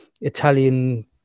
Italian